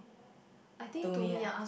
to me ah